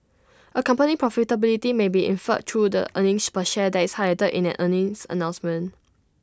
A company's profitability may be inferred through the earnings per share that is highlighted in an earnings announcement